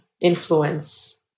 influence